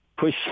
Push